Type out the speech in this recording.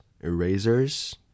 Erasers